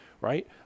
right